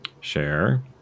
share